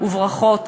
וברכות,